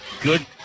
good